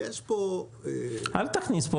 יש פה -- אל תכניס פה,